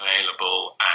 available